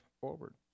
forward